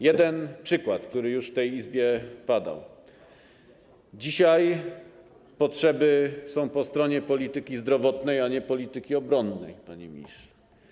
Jeden przykład, który już w tej Izbie padał: dzisiaj potrzeby są po stronie polityki zdrowotnej, a nie polityki obronnej, panie ministrze.